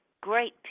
Great